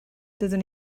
doeddwn